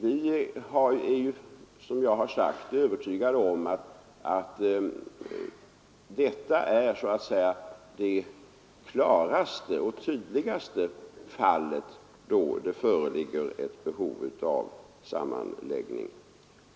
Vi är, som jag har sagt, övertygade om, att det aktuella ärendet så att säga är det klaraste och tydligaste fallet då det föreligger ett behov av sammanläggning.